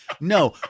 No